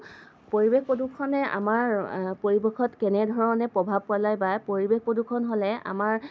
পৰিৱেশ প্ৰদূষণে আমাৰ পৰিৱেশত কেনেধৰণে প্ৰভাৱ পেলায় বা পৰিৱেশ প্ৰদূষণ হ'লে আমাৰ